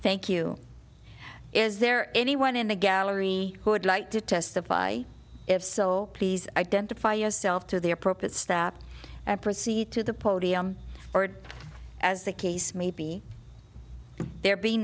thank you is there anyone in the gallery who would like to testify if so please identify yourself to the appropriate staff and proceed to the podium as the case may be there be